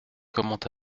comment